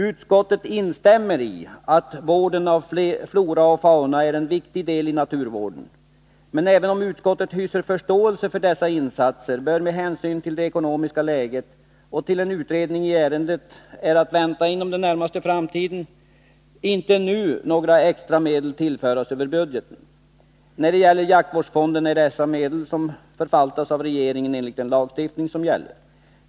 Utskottsmajoriteten instämmer i att vården av flora och fauna är en viktig del i naturvården, men även om utskottsmajoriteten hyser förståelse för behovet av dessa insatser bör — med hänsyn till det ekonomiska läget och i avvaktan på en utredning i ärendet, som är att vänta inom den närmaste framtiden — inte nu några andra medel tillföras över budgeten. Vad gäller jaktvårdsfonden kan sägas att den förvaltas av regeringen enligt gällande lagstiftning.